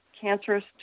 cancerous